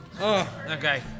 Okay